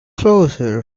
closer